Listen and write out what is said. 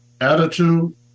attitude